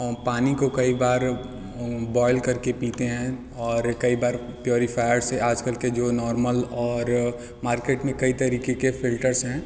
पानी को कई बार बॉएल करके पीते हैं और कई बार प्योरीफ़ायर से आजकल के जो नॉर्मल और मार्केट में कई तरीके के फ़िलटर्स हैं